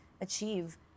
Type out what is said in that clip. achieve